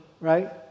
right